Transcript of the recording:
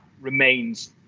remains